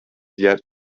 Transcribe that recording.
yet